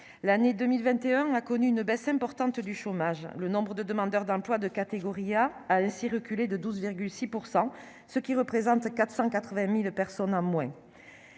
l'année 2021 a connu une baisse importante du chômage, le nombre de demandeurs d'emploi de catégorie A a ainsi reculé de 12,6 % ce qui représente 480000 personnes au moins,